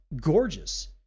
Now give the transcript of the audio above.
gorgeous